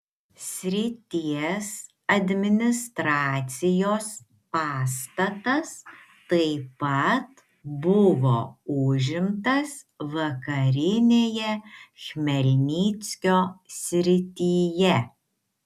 srities administracijos pastatas taip pat buvo užimtas vakarinėje chmelnyckio srityje